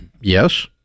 Yes